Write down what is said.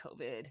COVID